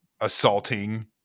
assaulting